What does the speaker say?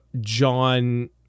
John